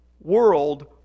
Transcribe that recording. world